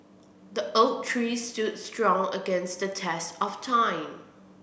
the oak tree stood strong against the test of time